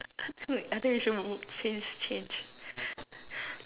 I think I think we should move change change